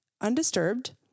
undisturbed